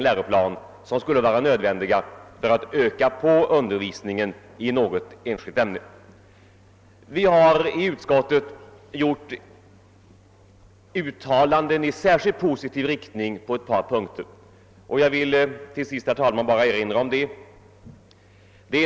Vi har dock i utskottsutlåtandet gjort uttalanden i positiv riktning på ett par punkter, och jag vill säga några ord om det.